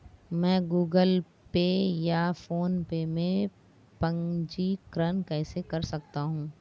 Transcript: मैं Google pay या PhonePe में पंजीकरण कैसे कर सकता हूँ?